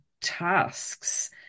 tasks